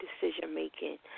decision-making